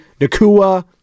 Nakua